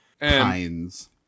pines